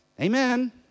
Amen